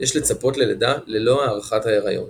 יש לצפות ללידה ללא הארכת ההריון.